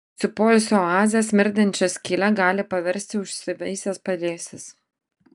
jūsų poilsio oazę smirdančia skyle gali paversti užsiveisęs pelėsis